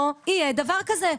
לא יהיה דבר כזה.